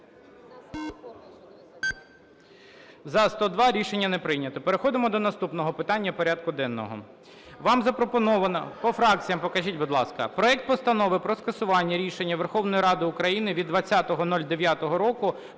За-102 Рішення не прийнято. Переходимо до наступного питання порядку денного. Вам запропоновано… По фракціям покажіть, будь ласка. Проект Постанови про скасування рішення Верховної Ради України від 20.09.2019